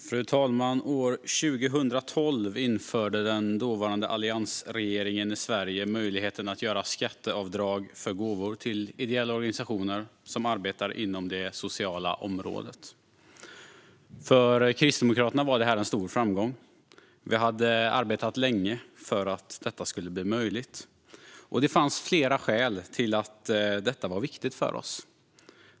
Fru talman! År 2012 införde den dåvarande alliansregeringen i Sverige möjligheten att göra skatteavdrag för gåvor till ideella organisationer som arbetar inom det sociala området. För Kristdemokraterna var det en stor framgång. Vi hade arbetat länge för att detta skulle bli möjligt. Det fanns flera skäl till att detta var viktigt för oss.